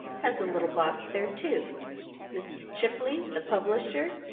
has a little box there, too mr. chapley, the publisher,